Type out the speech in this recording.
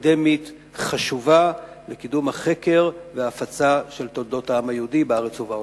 אקדמית חשובה לקידום החקר וההפצה של תולדות העם היהודי בארץ ובעולם.